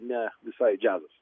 ne visai džiazas